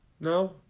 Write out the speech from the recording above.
no